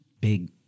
big